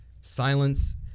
silence